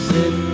Sit